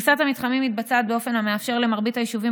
פריסת המתחמים מתבצעת באופן המאפשר למרבית היישובים